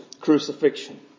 crucifixion